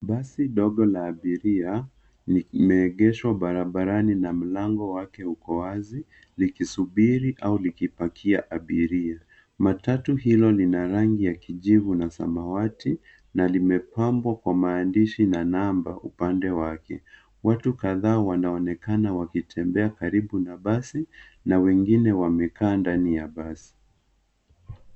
Basi dogo la abiria limeegeshwa barabarani na mlango wake uko wazi likisubiri au likipakia abiria. Matatu hilo lina rangi ya kijivu na samawati na limepambwa kwa maandishi na namba upande wake. Watu kadhaa wanaonekana wakitembea karibu na basi na wengine wamekaa ndani ya basi.